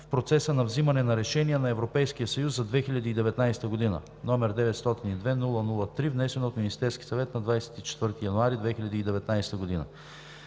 в процеса на вземане на решения на Европейския съюз през 2019 г., № 902-00-3, внесена от Министерския съвет на 24 януари 2019 г.